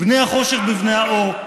בבני האור.